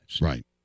Right